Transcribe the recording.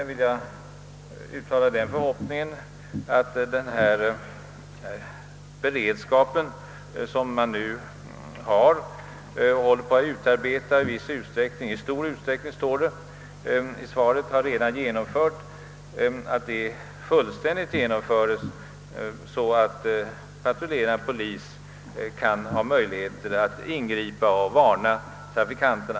Jag vill vidare uttala den förhoppningen att beredskapen — för vilken man enligt svaret håller på att utarbeta ett system, som för övrigt redan i stor utsträckning skulle vara klart — fullständigt kommer att genomföras, så att patrullerande polis kan ingripa och varna trafikanterna.